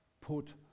put